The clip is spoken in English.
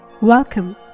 Welcome